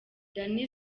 danny